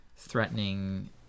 threatening